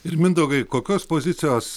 ir mindaugai kokios pozicijos